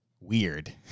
weird